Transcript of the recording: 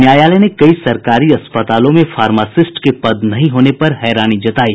न्यायालय ने कई सरकारी अस्पतालों में फार्मासिस्ट के पद नहीं होने पर हैरानी जतायी